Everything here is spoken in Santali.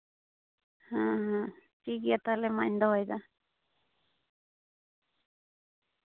ᱦᱮᱸ ᱦᱮᱸ ᱴᱷᱤᱠᱜᱮᱭᱟ ᱛᱦᱟᱞᱮ ᱢᱟᱧ ᱫᱚᱦᱚᱭᱮᱫᱟ